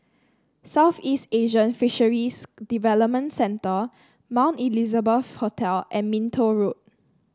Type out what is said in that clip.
Southeast Asian Fisheries Development Centre Mount Elizabeth Hospital and Minto Road